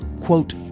quote